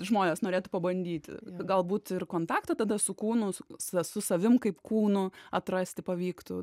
žmonės norėtų pabandyti galbūt ir kontakto tada su kūnu sa su savim kaip kūnų atrasti pavyktų